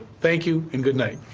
thank you and good night.